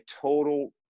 total